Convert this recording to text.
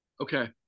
Okay